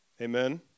Amen